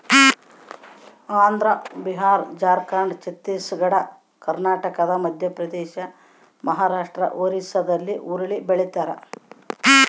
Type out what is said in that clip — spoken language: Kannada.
ಆಂಧ್ರ ಬಿಹಾರ ಜಾರ್ಖಂಡ್ ಛತ್ತೀಸ್ ಘಡ್ ಕರ್ನಾಟಕ ಮಧ್ಯಪ್ರದೇಶ ಮಹಾರಾಷ್ಟ್ ಒರಿಸ್ಸಾಲ್ಲಿ ಹುರುಳಿ ಬೆಳಿತಾರ